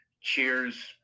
Cheers